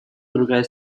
другая